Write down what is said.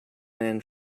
man